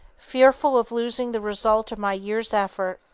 fearful of losing the result of my year's effort,